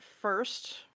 first